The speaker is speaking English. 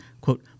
quote